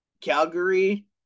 calgary